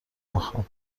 میخوام